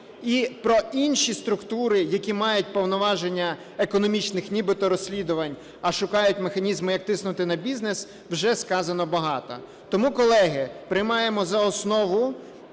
І про інші структури, які мають повноваження економічних нібито розслідувань, а шукають механізми, як тиснути на бізнес, вже сказано багато. Тому, колеги, приймаємо за основу,